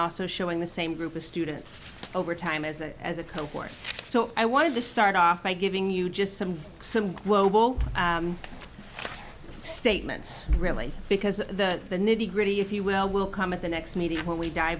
also showing the same group of students over time as a as a cohort so i wanted to start off by giving you just some some statements really because the nitty gritty if you will will come at the next meeting when we di